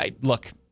look